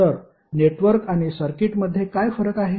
तर नेटवर्क आणि सर्किटमध्ये काय फरक आहे